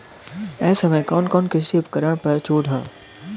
ए समय कवन कवन कृषि उपकरण पर छूट ह?